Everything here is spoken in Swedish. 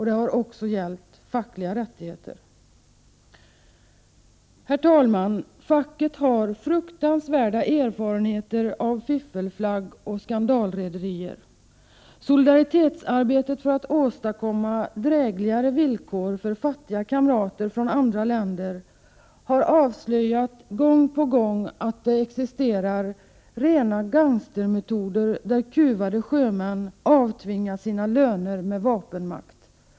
Det har också gällt fackliga rättigheter. Herr talman! Facket har fruktansvärda erfarenheter av fiffelflagg och skandalrederier. Solidaritetsarbetet för att åstadkomma drägligare villkor för fattiga kamrater från andra länder har gång på gång avslöjat att det existerar rena gangstermetoder där kuvade sjömän avtvingas sina löner med vapenmakt.